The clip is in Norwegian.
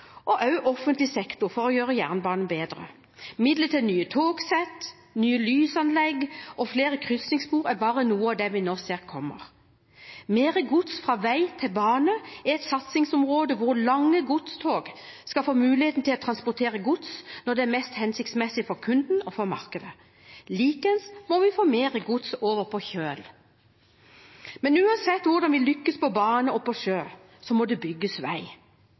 privat og offentlig sektor for å gjøre jernbanen bedre. Midler til nye togsett, nye lysanlegg og flere krysningsspor er bare noe av det vi nå ser kommer. Mer gods fra vei til bane er et satsingsområde hvor lange godstog skal få muligheten til å transportere gods når det er mest hensiktsmessig for kunden og markedet. Likeens må vi få mer gods over på kjøl. Men uansett hvordan vi lykkes på bane og sjø, så må det bygges vei.